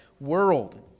world